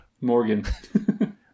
Morgan